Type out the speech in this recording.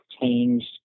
changed